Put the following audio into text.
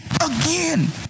again